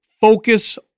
focus